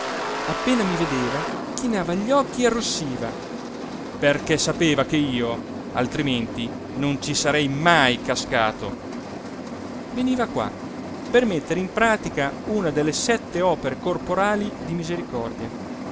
appena mi vedeva chinava gli occhi e arrossiva perché sapeva che io altrimenti non ci sarei mai cascato veniva qua per mettere in pratica una delle sette opere corporali di misericordia